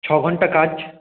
ছঘণ্টা কাজ